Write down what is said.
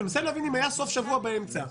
ואני מנסה להבין אם היה סוף שבוע באמצע.